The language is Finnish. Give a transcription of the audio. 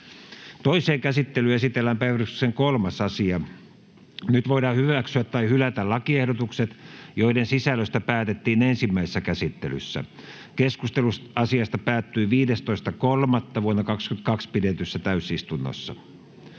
Toiseen käsittelyyn esitellään päiväjärjestyksen 3. asia. Nyt voidaan hyväksyä tai hylätä lakiehdotukset, joiden sisällöstä päätettiin ensimmäisessä käsittelyssä. Keskustelu asiasta päättyi 15.3.2022 pidetyssä täysistunnossa